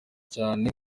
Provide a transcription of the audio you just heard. cyane